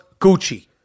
gucci